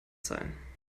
sein